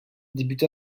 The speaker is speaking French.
débuta